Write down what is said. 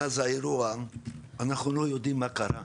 מאז האירוע, אנחנו לא יודע מה קרה.